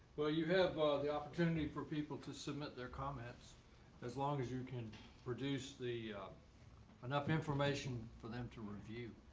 well, you have ah the opportunity for people to submit their comments as long as you can produce the enough information for them to review.